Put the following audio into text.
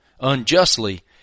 unjustly